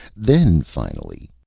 then, finally